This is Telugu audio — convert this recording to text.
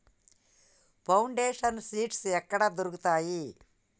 ఫౌండేషన్ సీడ్స్ ఎక్కడ దొరుకుతాయి?